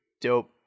dope